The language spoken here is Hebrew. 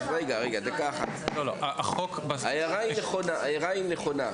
ההערה היא נכונה.